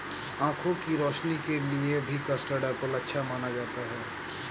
आँखों की रोशनी के लिए भी कस्टर्ड एप्पल अच्छा माना जाता है